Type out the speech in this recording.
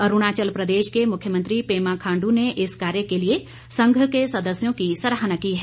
अरूणाचल प्रदेश के मुख्यमंत्री पेमा खांडू ने इस कार्य के लिए संघ के सदस्यों की सराहना की है